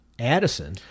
Addison